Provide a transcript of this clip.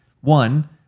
one